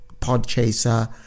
Podchaser